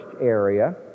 area